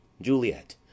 Juliet